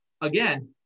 again